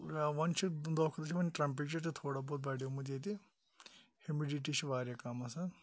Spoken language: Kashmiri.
یا وۄنۍ چھِ دۄہ کھوتہٕ دۄہ چُھ وۄنۍ ٹرمپیچَر تہِ تھوڑا بہت بَڈیومُت ییٚتہِ ہیومِڈِٹِی چھِ واریاہ کَم آسان